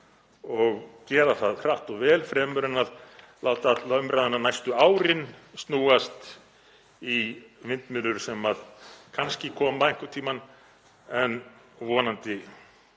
og gera það hratt og vel fremur en að láta alla umræðuna næstu árin snúast um vindmyllur sem kannski koma einhvern tímann en vonandi